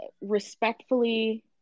respectfully